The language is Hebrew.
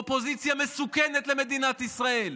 אופוזיציה מסוכנת למדינת ישראל,